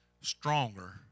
stronger